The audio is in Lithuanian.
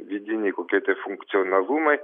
vidiniai kokie tie funkcionalumai